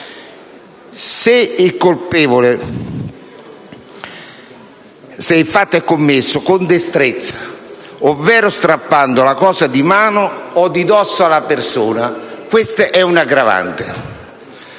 se il fatto è commesso con destrezza, ovvero strappando la cosa di mano o di dosso alla persona, questa è un'aggravante.